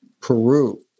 Peru